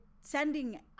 sending